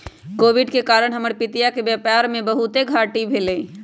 Covid के कारण हमर पितिया के व्यापार में बहुते घाट्टी भेलइ